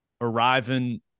arriving